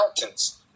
mountains